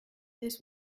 this